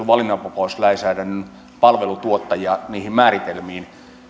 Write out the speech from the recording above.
valinnanvapauslainsäädännön palveluntuottajan määritelmiin